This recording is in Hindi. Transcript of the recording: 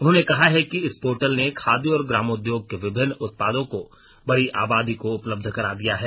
उन्होंने कहा है कि इस पोर्टल ने खादी और ग्रामोउद्योग के विभिन्न उत्पादों को बड़ी आबादी को उपलब्ध करा दिया है